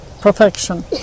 perfection